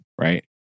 right